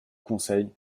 conseil